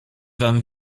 wam